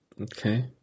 Okay